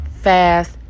fast